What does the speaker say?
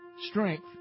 strength